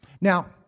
Now